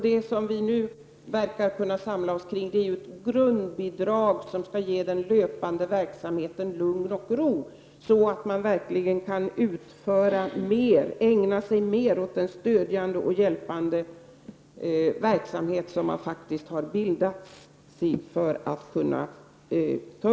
Det som vi nu verkar kunna samla oss kring är ett grundbidrag, som skall ge den löpande verksamheten lugn och ro så att man verkligen kan ägna sig mer åt den stödjande och hjälpande verksamhet som man faktiskt har avsett att bedriva.